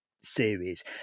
series